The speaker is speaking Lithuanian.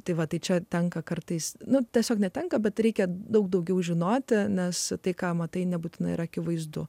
tai va tai čia tenka kartais na tiesiog netenka bet reikia daug daugiau žinoti nes tai ką matai nebūtinai yra akivaizdu